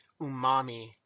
umami